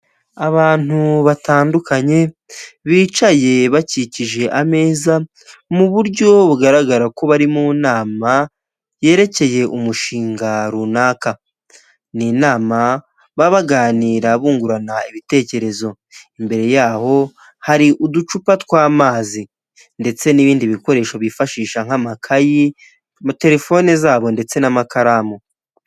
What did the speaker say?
Abantu batandukanye bicaye bakikije ameza mu buryo bugaragara ko bari mu nama, yerekeye umushinga runaka, ni inama baba baganira bungurana ibitekerezo, imbere yaho hari uducupa tw'amazi, ndetse n'ibindi bikoresho bifashisha nk'amakayi telefone zabo ndetse n'amakaramu.